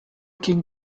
can